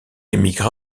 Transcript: émigra